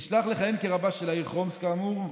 לכהן כרבה של העיר חומס, כאמור.